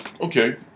okay